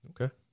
okay